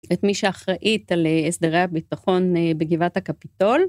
את מי שאחראית על הסדרי הביטחון בגבעת הקפיטול.